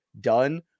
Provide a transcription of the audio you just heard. done